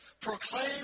proclaim